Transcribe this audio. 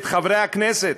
את חברי הכנסת,